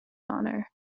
honor